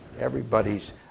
everybody's